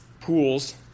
pools